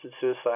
suicide